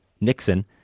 Nixon